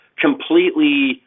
completely